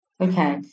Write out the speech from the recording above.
Okay